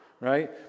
right